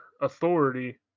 authority